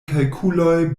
kalkuloj